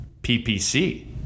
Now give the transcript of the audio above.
PPC